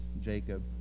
Jacob